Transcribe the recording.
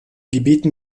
gebieten